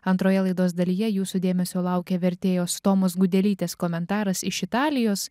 antroje laidos dalyje jūsų dėmesio laukia vertėjos tomos gudelytės komentaras iš italijos